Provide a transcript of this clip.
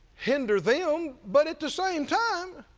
hinder them, but at the same time,